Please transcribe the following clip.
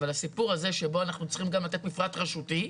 אבל הסיפור הזה שבו אנחנו צריכים גם לתת מפרט רשותי.